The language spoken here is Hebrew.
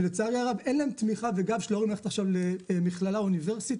שלצערי הרב אין להם תמיכה וגב שהם יוכלו ללכת למכללה או לאוניברסיטה,